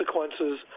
consequences